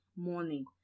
morning